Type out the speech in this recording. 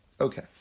Okay